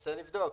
אנסה לבדוק.